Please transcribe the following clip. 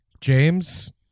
James